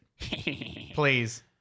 Please